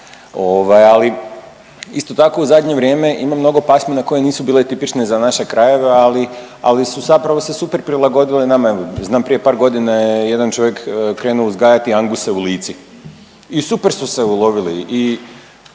ali isto tako u zadnje vrijeme ima mnogo pasmina koje nisu bile tipične za naše krajeve, ali su zapravo se super prilagodile nama. Evo, znam prije par godina je jedan čovjek krenuo uzgajati Anguse u Lici i super su se ulovili i